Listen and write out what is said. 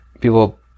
people